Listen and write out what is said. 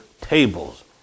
tables